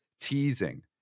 teasing